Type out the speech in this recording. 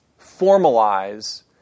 formalize